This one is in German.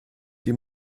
die